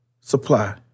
supply